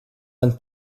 vingt